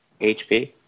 HP